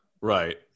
right